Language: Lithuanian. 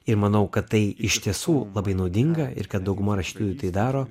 ir manau kad tai iš tiesų labai naudinga ir kad dauguma rašytojų tai daro